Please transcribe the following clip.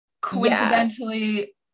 Coincidentally